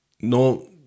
No